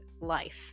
life